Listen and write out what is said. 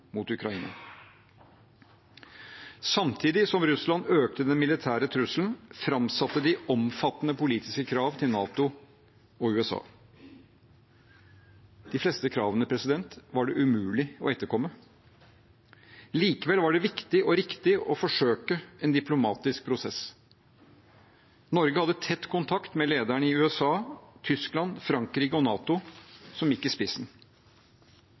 mot Ukraina. Samtidig som Russland økte den militære trusselen, framsatte de omfattende politiske krav til NATO og USA. De fleste kravene var det umulig å etterkomme. Likevel var det viktig og riktig å forsøke en diplomatisk prosess. Norge hadde tett kontakt med lederne i USA, Tyskland, Frankrike og NATO, som gikk i spissen.